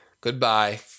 goodbye